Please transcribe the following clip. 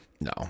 No